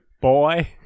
boy